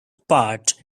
part